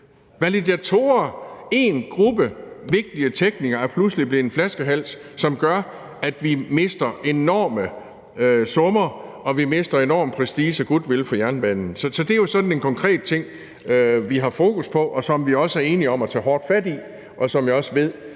Validatorer – en gruppe vigtige teknikere – er pludselig blevet en flaskehals, som gør, at vi mister enorme summer og vi mister enorm prestige og goodwill for jernbanen. Så det er jo sådan en konkret ting, vi har fokus på, og som vi også er enige om at tage hårdt fat i, og som jeg også ved